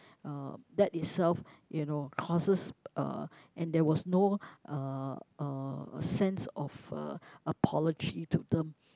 uh that itself you know causes uh and there was no uh uh sense of uh apology to them